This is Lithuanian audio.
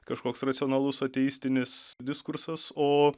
kažkoks racionalus ateistinis diskursas o